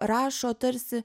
rašo tarsi